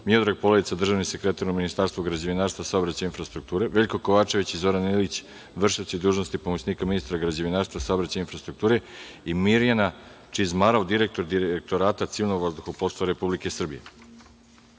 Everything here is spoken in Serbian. Miodrag Poledica, državni sekretar u Ministarstvu građevinarstva, saobraćaja i infrastrukture, Veljko Kovačević i Zoran Ilić, vršioci dužnosti pomoćnika ministra građevinarstva, saobraćaja i infrastrukture i Mirjana Čizmarov, direktor Direktorata civilnog vazduhoplovstva Republike